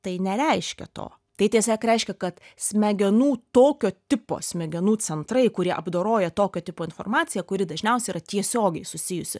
tai nereiškia to tai tiesiog reiškia kad smegenų tokio tipo smegenų centrai kurie apdoroja tokio tipo informaciją kuri dažniausiai yra tiesiogiai susijusi